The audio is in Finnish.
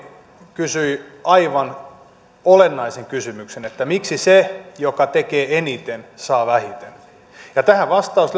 kysyi aivan olennaisen kysymyksen miksi se joka tekee eniten saa vähiten ja tähän vastaus